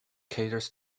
caters